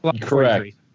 Correct